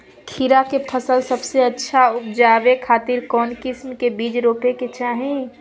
खीरा के फसल सबसे अच्छा उबजावे खातिर कौन किस्म के बीज रोपे के चाही?